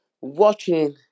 watching